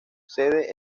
sede